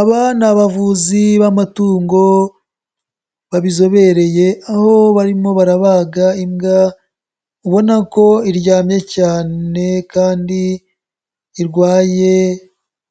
Aba ni abavuzi b'amatungo, babizobereye, aho barimo barabaga imbwa, ubona ko iryamye cyane kandi irwaye,